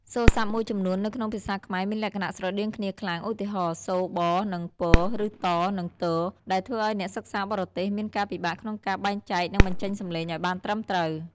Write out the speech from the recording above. សូរស័ព្ទមួយចំនួននៅក្នុងភាសាខ្មែរមានលក្ខណៈស្រដៀងគ្នាខ្លាំង ឧទាហរណ៍ សូរ ប និង ព ឬ ត និង ទ ដែលធ្វើឱ្យអ្នកសិក្សាបរទេសមានការពិបាកក្នុងការបែងចែក និងបញ្ចេញសំឡេងឱ្យបានត្រឹមត្រូវ។